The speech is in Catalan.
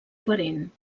parent